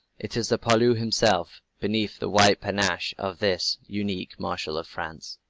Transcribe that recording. it is the poilu himself beneath the white panache of this unique marshal of france.